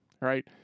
Right